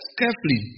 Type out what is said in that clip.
carefully